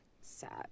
sad